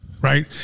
Right